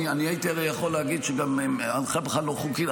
אני הייתי יכול להגיד שההנחיה בכלל לא חוקית.